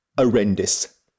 horrendous